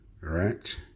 right